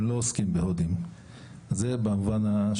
אמר שהוא צריך לבחון את זה ולהתייעץ עם מועצת הרבנות הראשית?